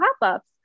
pop-ups